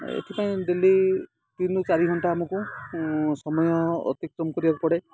ଏଥିପାଇଁ ଡେଲି ତିନି ରୁ ଚାରି ଘଣ୍ଟା ଆମକୁ ସମୟ ଅତିକ୍ରମ କରିବାକୁ ପଡ଼େ